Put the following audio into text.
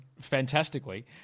fantastically